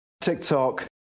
TikTok